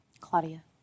Claudia